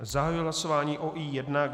Zahajuji hlasování o I1.